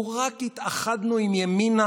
לו רק התאחדנו עם ימינה,